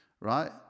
right